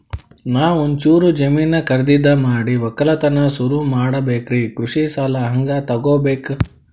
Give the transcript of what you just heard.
ನಾ ಒಂಚೂರು ಜಮೀನ ಖರೀದಿದ ಮಾಡಿ ಒಕ್ಕಲತನ ಸುರು ಮಾಡ ಬೇಕ್ರಿ, ಕೃಷಿ ಸಾಲ ಹಂಗ ತೊಗೊಬೇಕು?